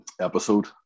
episode